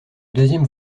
deuxième